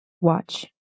Watch